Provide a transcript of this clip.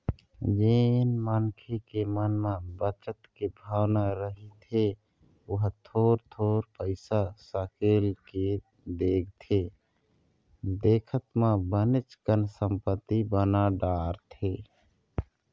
जेन मनखे के मन म बचत के भावना रहिथे ओहा थोर थोर पइसा सकेल के देखथे देखत म बनेच कन संपत्ति बना डारथे